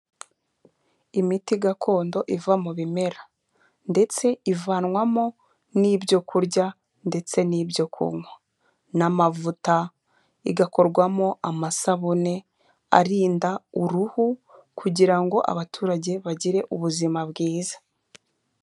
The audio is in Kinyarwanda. Imiti gakondo iva mu bimera, ndetse ivanwamo n'ibyo kurya, ndetse n'ibyo kunywa, n'amavuta, igakorwamo amasabune arinda uruhu kugira ngo abaturage bagire ubuzima bwiza.